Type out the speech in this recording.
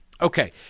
Okay